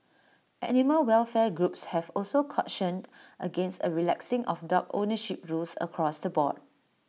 animal welfare groups have also cautioned against A relaxing of dog ownership rules across the board